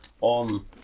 on